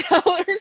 dollars